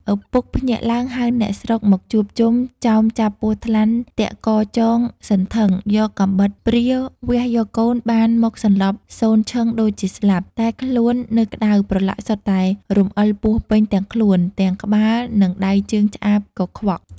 ឪពុកភ្ញាក់ឡើងហៅអ្នកស្រុកមកជួបជុំ ចោមចាប់ពស់ថ្លាន់ទាក់កចង សន្ធឹង យកកាំបិតព្រាវះយកកូនបានមកសន្លប់សូន្យឈឹងដូចជាស្លាប់ តែខ្លួននៅក្ដៅប្រឡាក់សុទ្ធតែរំអិលពស់ពេញ ទាំងខ្លួន ទាំងក្បាលនិងដៃជើងឆ្អាបកខ្វក់។